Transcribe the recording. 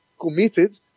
committed